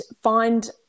find